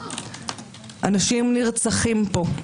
אנשים נרצחים פה.